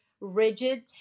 rigid